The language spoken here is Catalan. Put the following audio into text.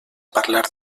parlar